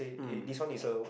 um